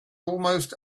almost